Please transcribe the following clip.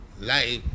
life